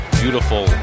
beautiful